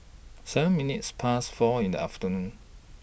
seven minutes Past four in The afternoon